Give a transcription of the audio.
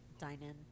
dine-in